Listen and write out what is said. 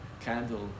candle